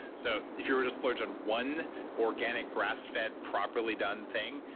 so if you were to splurge on one organic grass-fed properly done thing.